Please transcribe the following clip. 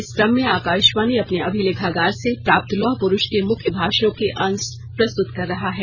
इस क्रम में आकाशवाणी अपने अभिलेखागार से प्राप्त लौह प्रुष के मुख्य भाषणों के अंश प्रस्तुत कर रहा है